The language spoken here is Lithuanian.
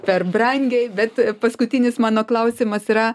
per brangiai bet paskutinis mano klausimas yra